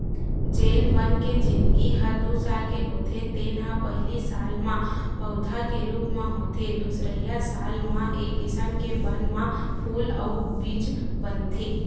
जेन बन के जिनगी ह दू साल के होथे तेन ह पहिली साल म पउधा के रूप म होथे दुसरइया साल म ए किसम के बन म फूल अउ बीज बनथे